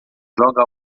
joga